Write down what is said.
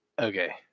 Okay